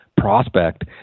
prospect